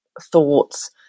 thoughts